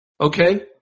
Okay